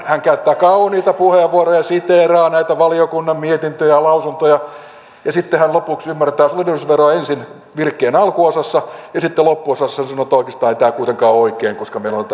hän käyttää kauniita puheenvuoroja siteeraa näitä valiokunnan mietintöjä ja lausuntoja ja sitten hän ensin ymmärtää solidaarisuusveroa virkkeen alkuosassa ja sitten loppuosassa sanoo että oikeastaan ei tämä kuitenkaan ole oikein koska meillä on tätä osaavaa väkeä